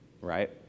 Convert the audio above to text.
right